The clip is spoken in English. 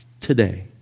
today